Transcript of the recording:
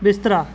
बिस्तरा